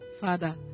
Father